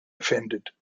offended